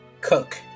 Cook